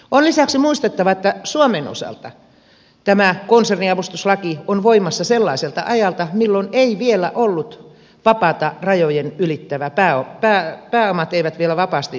on lisäksi muistettava että suomen osalta tämä konserniavustuslaki on voimassa sellaiselta ajalta milloin eivät vielä ollut vapaata rajojen ylittävä pää on pääomat vapaasti ylittäneet rajoja